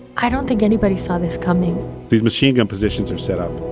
i don't think anybody saw this coming these machine gun positions are set up.